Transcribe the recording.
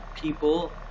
people